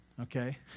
okay